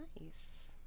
Nice